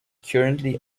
currently